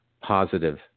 positive